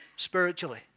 spiritually